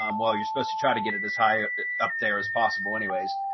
um while you're supposed to try to get it as high up there as possible anyways.